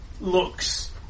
looks